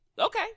Okay